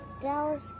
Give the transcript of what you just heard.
Dallas